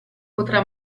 potrà